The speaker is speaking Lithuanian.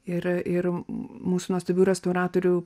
ir ir mūsų nuostabių restauratorių